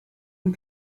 and